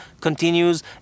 continues